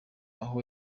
aho